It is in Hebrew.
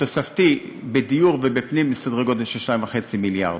התוספתי בדיור ובפנים, בסדרי גודל של 2.5 מיליארד.